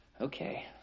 Okay